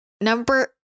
Number